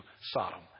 Sodom